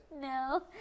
No